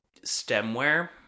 stemware